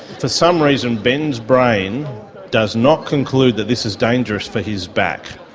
for some reason ben's brain does not conclude that this is dangerous for his back,